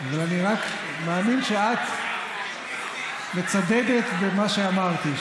אני רק מאמין שאת מצדדת במה שאמרתי,